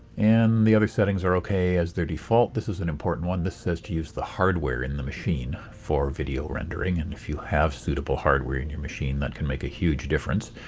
and the other settings are okay as their default. this is an important one this says to use the hardware in the machine for video rendering. and if you have suitable hardware in your machine that can make a huge difference.